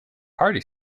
party